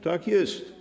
Tak jest.